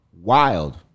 Wild